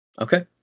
Okay